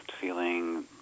feeling